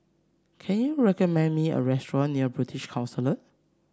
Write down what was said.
can you recommend me a restaurant near British Council